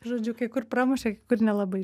žodžiu kai kur pramušė kai kur nelabai